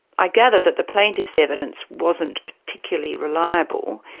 i gather that the plaintiff's evidence wasn't particularly reliable.